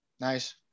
nice